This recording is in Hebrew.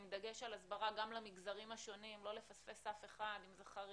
עם דגש על הסברה גם למגזרים השונים - לא לפספס אף אחד - אם זה חרדים,